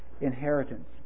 inheritance